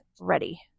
ready